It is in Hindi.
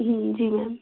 हूँ जी मैम